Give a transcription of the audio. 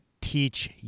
teach